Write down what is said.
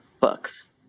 books